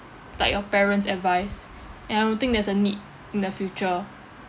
like your parents' advice and I don't think there's a need in the future